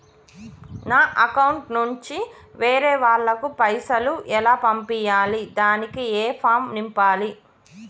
నా అకౌంట్ నుంచి వేరే వాళ్ళకు పైసలు ఎలా పంపియ్యాలి దానికి ఏ ఫామ్ నింపాలి?